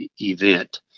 event